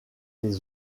les